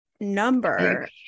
number